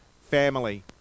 family